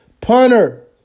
punter